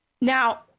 Now